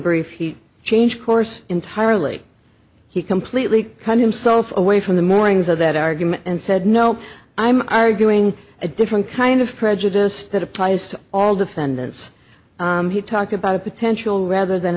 brief he changed course entirely he completely cut himself away from the moorings of that argument and said no i'm arguing a different kind of prejudice that applies to all defendants he talked about a potential rather than